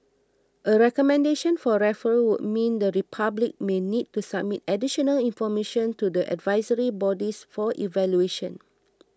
a recommendation for referral would mean the Republic may need to submit additional information to the advisory bodies for evaluation